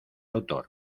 autor